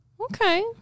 Okay